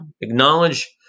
acknowledge